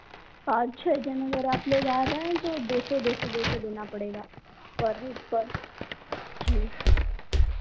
पाँच छह जन अगर आप लोग आ रहे हैं तो दो सौ दो सौ दो सौ देना पड़ेगा पर हेड पर जी